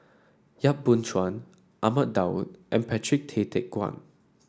Yap Boon Chuan Ahmad Daud and Patrick Tay Teck Guan